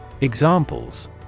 Examples